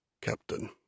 Captain